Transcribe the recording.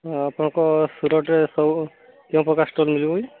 ଆଉ ଆପଣଙ୍କ ସୁରଟରେ ସବୁ ସବୁ ପ୍ରକାର ସ୍ଟଲ୍ ମିଳିବ କି